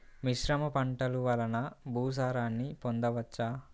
మిశ్రమ పంటలు వలన భూసారాన్ని పొందవచ్చా?